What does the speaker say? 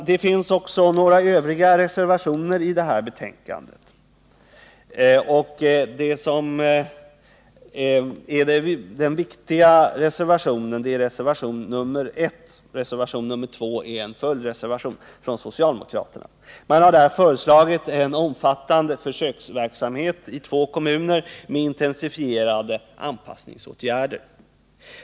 Det finns också några övriga reservationer i det här betänkandet. Den viktiga reservationen är reservationen 1. Reservationen 2 är en följdmotion från socialdemokraterna. Man har föreslagit en omfattande försöksverksamhet i två kommuner med intensifierade anpassningsåtgärder.